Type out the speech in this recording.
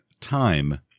time